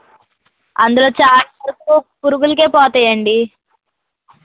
అందులో చాలా వరకు పురుగులు పోతాయండి